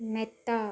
മെത്ത